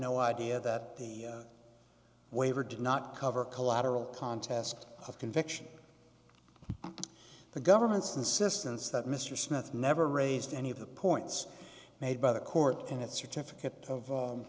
no idea that the waiver did not cover collateral contest of conviction the government's insistence that mr smith never raised any of the points made by the court and that certificate of